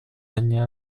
анне